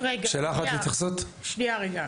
רגע, שנייה רגע.